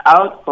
Out